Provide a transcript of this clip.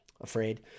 afraid